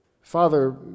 father